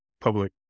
public